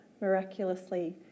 miraculously